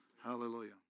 Hallelujah